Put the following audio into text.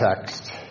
text